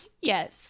Yes